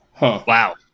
Wow